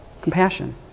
compassion